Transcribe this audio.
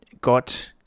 got